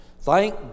Thank